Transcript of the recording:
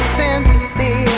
fantasy